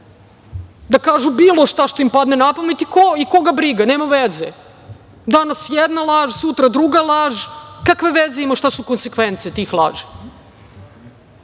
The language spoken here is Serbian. da kažu bilo šta što im padne na pamet, i koga briga, nema veze. Danas jedna laž, sutra druga laž, kakve veze ima šta su konsekvence tih laži. Tako